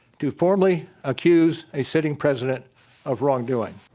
to formally accuse a sitting president of wrongdoing.